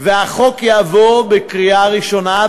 החוק יעבור בקריאה ראשונה,